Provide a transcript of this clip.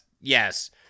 yes